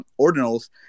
ordinals